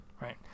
Right